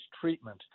treatment